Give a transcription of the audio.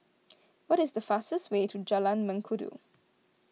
what is the fastest way to Jalan Mengkudu